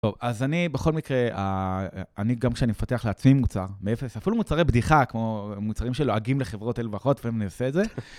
טוב, אז אני, בכל מקרה, אני גם כשאני מפתח לעצמי מוצר, מאפס אפילו מוצרי בדיחה, כמו מוצרים שלועגים לחברות אלו ואחרות, ואני מנסה את זה.